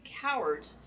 cowards